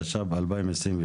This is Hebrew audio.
התשפ"ב-2022.